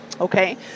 Okay